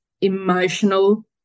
emotional